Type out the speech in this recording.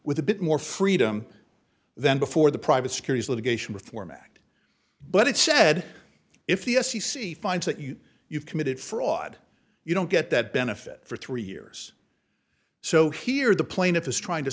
with a bit more freedom than before the private securities litigation reform act but it said if the f c c finds that you you've committed fraud you don't get that benefit for three years so here the plaintiff is trying to